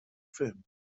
film